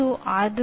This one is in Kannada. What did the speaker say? direct approach